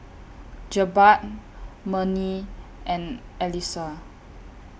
Jebat Murni and Alyssa